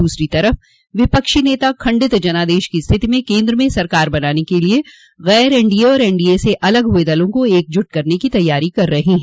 दूसरी तरफ विपक्षी नेता खंडित जनादेश की स्थिति में केन्द्र में सरकार बनाने के लिए गैर एनडीए और एनडीए से अलग हुए दलों को एकजुट करने की तैयारी कर रहे हैं